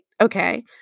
okay